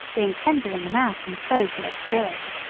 being tender in the mouth and so full of spirit.